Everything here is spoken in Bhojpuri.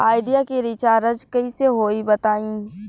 आइडिया के रीचारज कइसे होई बताईं?